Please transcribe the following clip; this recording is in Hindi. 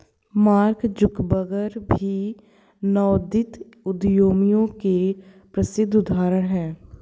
मार्क जुकरबर्ग भी नवोदित उद्यमियों के प्रसिद्ध उदाहरण हैं